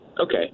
Okay